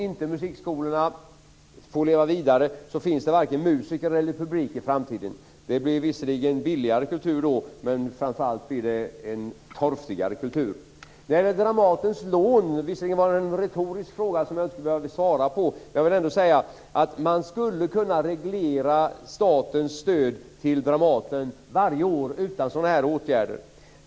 Om musikskolorna inte får leva vidare kommer det i framtiden inte att finnas vare sig musiker eller publik. Visserligen blir det då en billigare kultur, men framför allt blir det en torftigare kultur. Anders Nilsson ställde en retorisk fråga som jag alltså inte behöver besvara. Ändå vill jag säga att man skulle kunna reglera statens stöd till Dramaten varje år utan sådana här åtgärder.